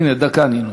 הנה, דקה אני נותן.